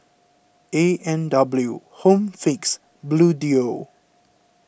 A and W Home Fix Bluedio